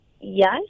yes